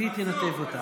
והיא תנתב אותה.